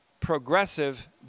progressive